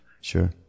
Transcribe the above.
Sure